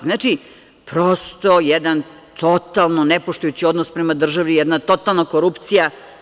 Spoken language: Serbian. Znači, prosto jedan totalno nepoštujući odnos prema državi, jedna totalna korupcija.